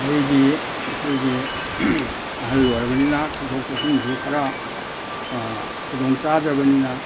ꯑꯩꯗꯤ ꯑꯩꯈꯣꯏꯒꯤ ꯑꯍꯜ ꯑꯣꯏꯔꯕꯅꯤꯅ ꯆꯠꯊꯣꯛ ꯆꯠꯁꯤꯟꯁꯨ ꯈꯔ ꯈꯨꯗꯣꯡ ꯆꯥꯗ꯭ꯔꯕꯅꯤꯅ